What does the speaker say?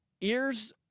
ears